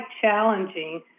challenging